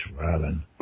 Robin